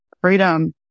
Freedom